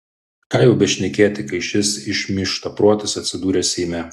ką jau bešnekėti kai šis išmyžprotis atsidūrė seime